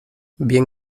bien